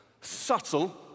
subtle